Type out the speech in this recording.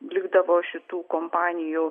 likdavo šitų kompanijų